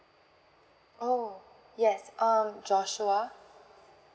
oh yes um joshua